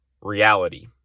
reality